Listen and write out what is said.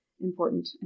important